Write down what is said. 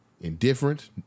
indifferent